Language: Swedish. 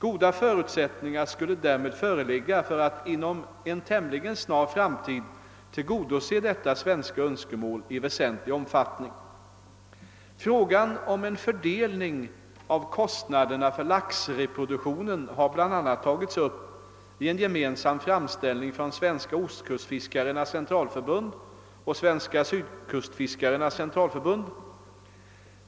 Goda förutsättningar skulle därmed föreligga för att inom en tämligen snar framtid tillgodose detta svenska önskemål i väsentlig omfattning. Frågan om en fördelning av kostnaderna för laxreproduktion har bl.a. tagits upp i en gemensam framställning från Svenska ostkustfiskarnas centralförbund och Svenska sydkustfiskarnas centralförbund.